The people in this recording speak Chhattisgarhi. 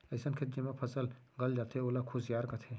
अइसन खेत जेमा फसल गल जाथे ओला खुसियार कथें